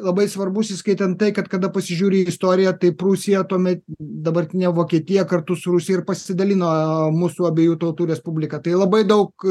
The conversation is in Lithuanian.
labai svarbus įskaitant tai kad kada pasižiūri į istoriją tai prūsija tuomet dabartinė vokietija kartu su rusija ir pasidalino mūsų abiejų tautų respubliką tai labai daug